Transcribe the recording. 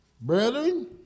brethren